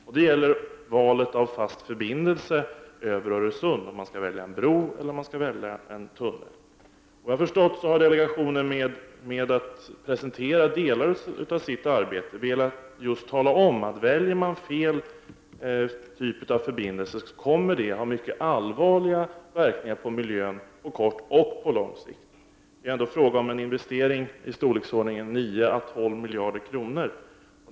Beslutet gäller valet av fast förbindelse över Öresund, dvs. om man skall välja en bro eller en tunnel. Såvitt jag förstått har delegationen, genom att presentera delar av sitt arbete, velat tala om, att om man väljer fel typ av förbindelser kommer det att få mycket allvarliga verkningar på miljön på kort och på lång sikt. Det är ändå fråga om en investering i storleksordningen 9 å 12 miljarder kronor.